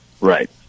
right